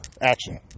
action